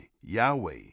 yahweh